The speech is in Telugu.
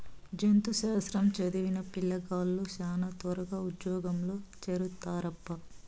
జంతు శాస్త్రం చదివిన పిల్లగాలులు శానా త్వరగా ఉజ్జోగంలో చేరతారప్పా